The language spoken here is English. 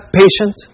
patient